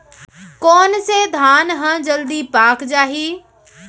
कोन से धान ह जलदी पाक जाही?